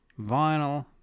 Vinyl